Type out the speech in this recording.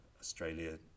Australia